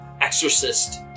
exorcist